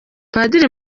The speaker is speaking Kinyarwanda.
padiri